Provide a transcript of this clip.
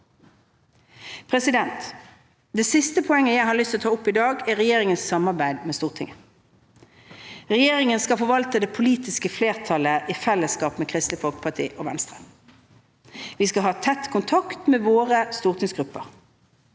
prosessen. Det siste poenget jeg har lyst å ta opp i dag, er regjeringens samarbeid med Stortinget. Regjeringen skal forvalte det politiske flertallet i fellesskap med Kristelig Folkeparti og Venstre. Vi skal ha tett kontakt med våre stortingsgrupper.